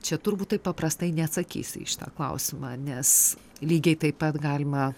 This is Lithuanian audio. čia turbūt taip paprastai neatsakysi į šitą klausimą nes lygiai taip pat galima